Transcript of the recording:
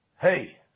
Hey